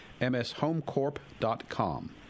mshomecorp.com